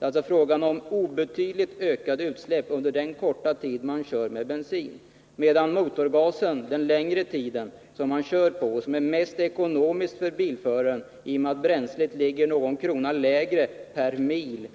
alltså om obetydligt ökade utsläpp under den korta tid man kör med bensin, medan man den övervägande tiden kör med motorgas, som är mest ekonomiskt för bilägaren i och med att bränslet kostar någon krona mindre per mil.